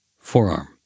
forearm